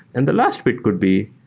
and the last bit could be,